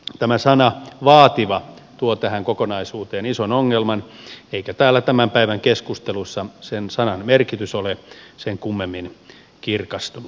tämä sana vaativa tuo tähän kokonaisuuteen ison ongelman eikä täällä tämän päivän keskusteluissa sen sanan merkitys ole sen kummemmin kirkastunut